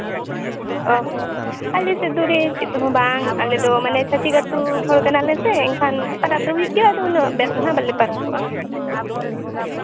ᱚᱸᱻ ᱦᱚᱸ ᱟᱞᱮ ᱥᱮᱫ ᱫᱚᱨᱮ ᱪᱮᱫ ᱦᱚᱸ ᱵᱟᱝ ᱟᱞᱮ ᱫᱚ ᱢᱟᱱᱮ ᱪᱷᱟᱹᱛᱤᱠ ᱟᱛᱳ ᱦᱚᱲ ᱠᱟᱱᱟ ᱞᱮ ᱥᱮ ᱮᱱᱠᱷᱟᱱ ᱯᱟᱨᱟᱵᱽ ᱫᱚ ᱦᱩᱭᱩᱜ ᱜᱮᱭᱟ ᱟᱫᱚ ᱩᱱᱟᱹᱜ ᱵᱮᱥ ᱫᱚ ᱱᱟᱜ ᱵᱟᱞᱮ ᱯᱟᱨᱟᱵᱚᱜᱼᱟ